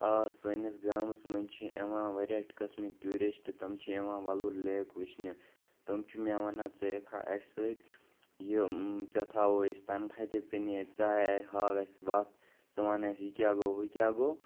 آ سٲنِس گامَس منٛز چھِ یِوان واریاہ قٕسمٕکۍ ٹیوٗرِسٹ تِم چھِ یِوان وَلُر لیک وٕچھنہِ تِم چھِ مےٚ وَنان ژٕ یِکھا اَسہِ سۭتۍ یہِ ژےٚ تھاوہوے أسۍ تَنٛخواہ تہِ ژٕ نیر ژےٚ ہاو اَسہِ وَتھ ژٕ وَن اَسہِ یہِ کیٛاہ گوٚو ہُہ کیٛاہ گوٚو